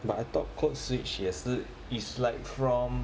but I thought code switch 也是 it's like from